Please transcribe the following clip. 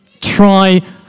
try